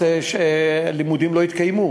הלימודים לא התקיימו.